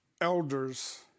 elders